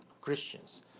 Christians